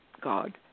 God